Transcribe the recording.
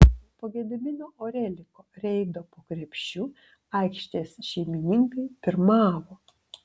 po gedimino oreliko reido po krepšiu aikštės šeimininkai pirmavo